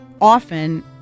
often